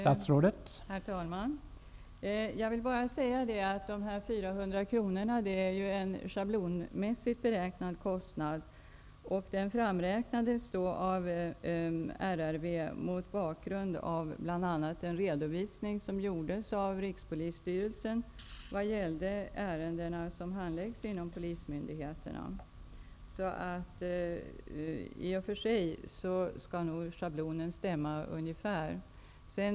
Herr talman! Jag vill bara säga att de 400 kronorna är en schablonmässigt beräknad kostnad. Kostnaden framräknades av RRV mot bakgrund av bl.a. den redovisning som gjorts av Rikspolisstyrelsen vad gäller ärenden som handläggs inom polismyndigheterna. Men i och för sig stämmer schablonen på ett ungefär.